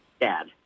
dad